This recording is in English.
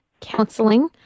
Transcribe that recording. counseling